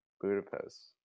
budapest